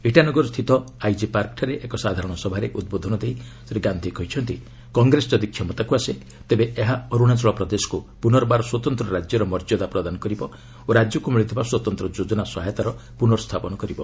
ଇଟାନଗର ସ୍ଥିତ ଆଇଜି ପାର୍କଠାରେ ଏକ ସାଧାରଣ ସଭାରେ ଉଦ୍ବୋଧନ ଦେଇ ଶ୍ରୀ ଗାନ୍ଧି କହିଛନ୍ତି କଂଗ୍ରେସ ଯଦି କ୍ଷମତାକୁ ଆସେ ତେବେ ଏହା ଅରୁଣାଚଳ ପ୍ରଦେଶକୁ ପୁନର୍ବାର ସ୍ୱତନ୍ତ ରାଜ୍ୟର ମର୍ଯ୍ୟଦା ପ୍ରଦାନ କରିବ ଓ ରାଜ୍ୟକୁ ମିଳୁଥିବା ସ୍ୱତନ୍ତ୍ର ଯୋଜନା ସହାୟତାର ପୁର୍ନସ୍ଥାପନ କରିବ